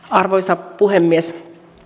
arvoisa puhemies